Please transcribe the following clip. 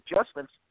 adjustments